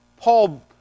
Paul